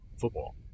football